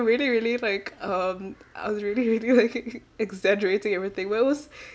really really like um I was really really like exaggerating everything but it was